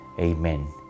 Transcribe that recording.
Amen